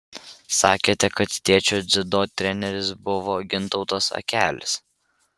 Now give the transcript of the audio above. sakėte kad tėčio dziudo treneris buvo gintautas akelis